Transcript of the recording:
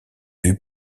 vue